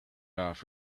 off